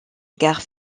gare